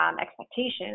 expectations